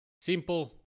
Simple